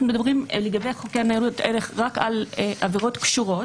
אנחנו מדברים לגבי חוקי ניירות ערך רק על עבירות קשורות